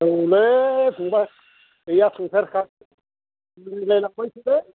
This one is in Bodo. औलै फंबाइ गैया थांफेरखायाखै बोरायलाय लांबायसोलै